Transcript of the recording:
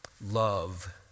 love